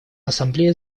ассамблея